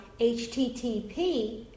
HTTP